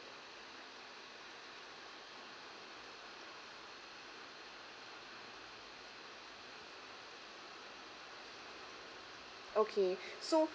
okay so